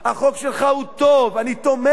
החוק שלך הוא טוב, אני תומך בו,